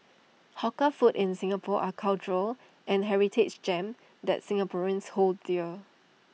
hawker food in Singapore are cultural and heritage gems that Singaporeans hold dear